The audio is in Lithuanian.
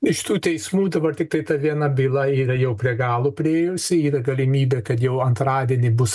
iš tų teismų dabar tiktai ta viena byla yra jau prie galo priėjusi yra galimybė kad jau antradienį bus